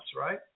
right